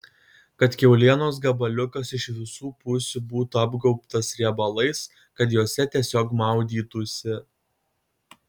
kad kiaulienos gabaliukas iš visų pusių būtų apgaubtas riebalais kad juose tiesiog maudytųsi